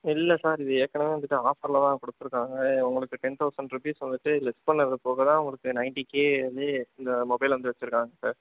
இல்லை சார் இது ஏற்கனவே வந்துட்டு ஆஃபரில் தான் கொடுத்துருக்குறாங்க உங்களுக்கு டென் தௌசண்ட் ரூபீஸ் வந்துட்டு லெஸ் பண்ணது போகதான் உங்களுக்கு நயன்ட்டி கே வந்து இந்த மொபைல் வந்து வச்சுருக்காங்க சார்